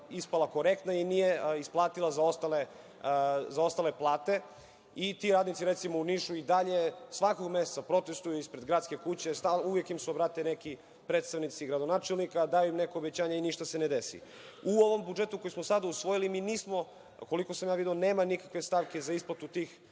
ispala korektna i nije isplatila zaostale plate. Ti radnici, recimo u Nišu i dalje svakog meseca protestuju ispred Gradske kuće. Uvek im se obrate neki predstavnici gradonačelnika, daju im neka obećanja i niša se ne desi. U ovom budžetu koji smo sada usvojili mi nismo, koliko sam video, nema nikakve stavke za isplatu tih